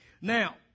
Now